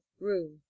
room